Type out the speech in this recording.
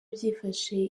byifashe